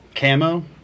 camo